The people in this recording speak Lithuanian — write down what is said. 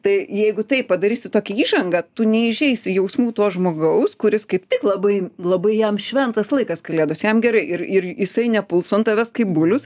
tai jeigu taip padarysi tokį įžangą tu neįžeisi jausmų to žmogaus kuris kaip tik labai labai jam šventas laikas kalėdos jam gerai ir ir jisai nepuls ant tavęs kaip bulius